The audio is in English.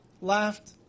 laughed